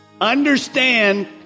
understand